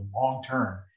long-term